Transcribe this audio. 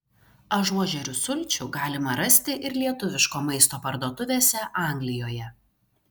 ažuožerių sulčių galima rasti ir lietuviško maisto parduotuvėse anglijoje